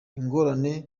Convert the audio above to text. ingorane